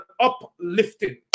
uplifting